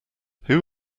who